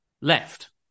left